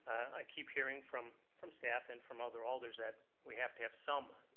i keep hearing from from staff and from other alders that we have to have some,